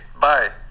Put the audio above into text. bye